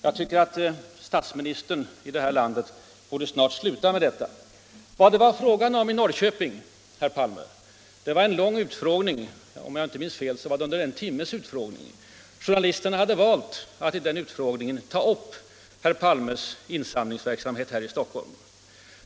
Jag tycker att statsministern i vårt land borde upphöra med sådant. Vad det var fråga om i Norrköping, herr Palme, var en lång utfrågning - om jag inte minns fel en timmes utfrågning. Journalisterna hade valt att i den utfrågningen ta upp herr Palmes insamlingsverksamhet för Spanien i Stockholm.